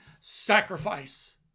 sacrifice